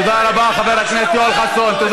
תודה רבה, חבר הכנסת יואל חסון.